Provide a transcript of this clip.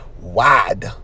Wide